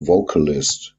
vocalist